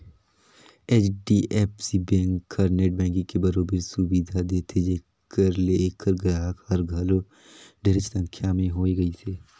HDFC bank हर net banking के बरोबर सुबिधा देथे जेखर ले ऐखर गराहक हर घलो ढेरेच संख्या में होए गइसे